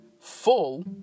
full